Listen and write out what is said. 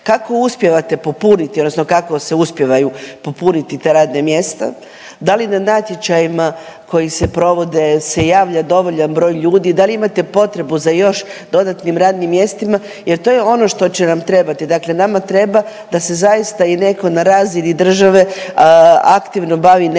kako uspijevate popuniti odnosno kao se uspijevaju popuniti ta radna mjesta, da li na natječajima koji se provode se javlja dovoljan broj ljudi, da li imate potrebu za još dodatnim radnim mjestima jer to je ono što će nam trebati. Dakle, nama treba da se zaista i neko na razini države aktivno bavi